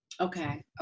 Okay